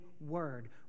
word